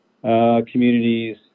communities